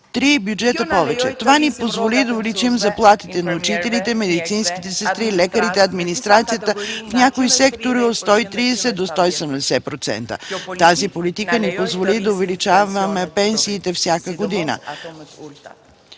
три бюджета повече. Това ни позволи да увеличим заплатите на учителите, медицинските сестри, лекарите, администрацията, в някои сектори от 130 до 170%. Тази политика ни позволи да увеличаваме пенсиите всяка година.